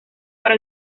para